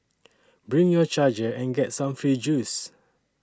bring your charger and get some free juice